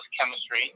chemistry